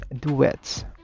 duets